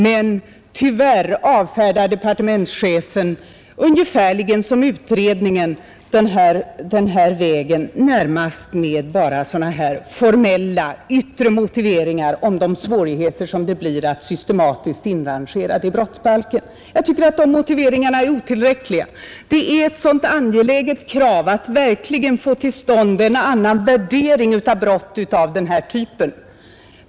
Men tyvärr avfärdar departementschefen ungefärligen som utredningen denna väg närmast bara med formella yttre motiveringar om de svårigheter som det skulle medföra att systematiskt inrangera detta i brottsbalken. Jag tycker att dessa motiveringar är otillräckliga. Det är ett angeläget krav att verkligen få till stånd en annan värdering av brott av denna typ.